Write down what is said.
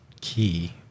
key